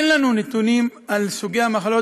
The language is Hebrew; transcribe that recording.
אין לנו נתונים על סוגי המחלות,